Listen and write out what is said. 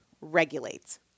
regulates